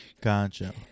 Gotcha